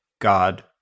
God